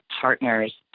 partners